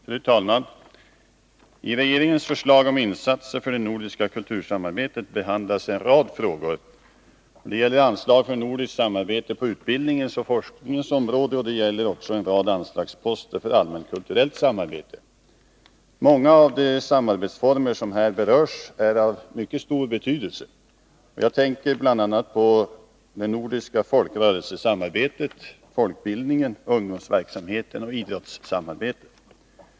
Fru talman! I regeringens förslag om insatser för det nordiska kultursamarbetet behandlas en rad frågor. Det gäller anslag för nordiskt samarbete på utbildningens och forskningens område. Det gäller också en rad anslagsposter för allmänkulturellt samarbete. Många av de samarbetsformer som här berörs är av mycket stor betydelse. Jag tänker bl.a. på det nordiska folkrörelsesamarbetet, folkbildningen, ungdomsverksamhet och idrottssamarbetet.